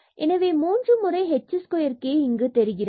எனவே மூன்று முறை h square k இங்கு தெரிகிறது